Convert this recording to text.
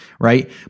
right